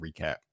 recap